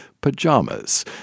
pajamas